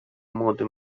młody